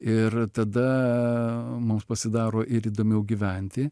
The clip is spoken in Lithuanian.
ir tada mums pasidaro ir įdomiau gyventi